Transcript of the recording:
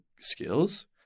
skills